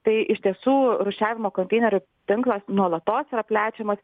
tai iš tiesų rūšiavimo konteinerių tinklas nuolatos plečiamas